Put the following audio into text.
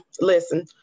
listen